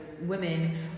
women